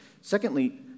Secondly